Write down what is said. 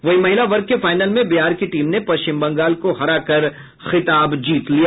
वहीं महिला वर्ग के फाइनल में बिहार की टीम ने पश्चिम बंगाल को हरा कर खिताब जीत लिया